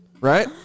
Right